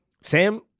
Sam